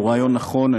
והוא רעיון נכון,